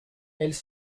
elles